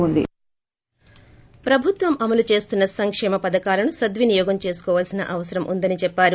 ఉషా ప్రభుత్వం అమలు చేస్తున్న సంక్షేమ పధకాలను సద్వినియోగం చేసుకోవాల్సిన అవసరం ఉందని చెప్పారు